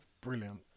Brilliant